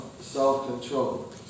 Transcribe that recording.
self-control